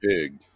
pig